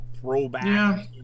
throwback